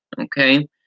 Okay